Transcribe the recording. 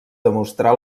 demostrà